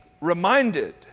reminded